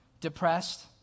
depressed